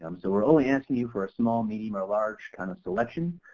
um so we're only asking you for a small, medium or large kind of selection.